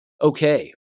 Okay